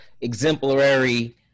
exemplary